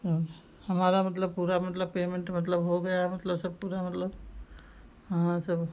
जो हमारा मतलब पूरा मतलब पेमेन्ट मतलब हो गया है मतलब सब पूरा मतलब हाँ सब